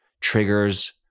Triggers